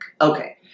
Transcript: Okay